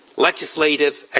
legislative, ah